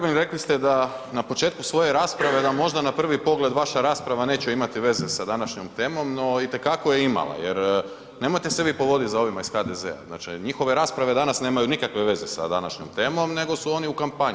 Kolega Grbin rekli ste da na početku svoje rasprave da možda na prvi pogled vaša rasprava neće imati veze sa današnjom temom, no itekako je imala jer nemojte se vi povoditi za ovima iz HDZ-a, njihove rasprave danas nemaju nikakve veze sa današnjom temom nego su oni u kampanji.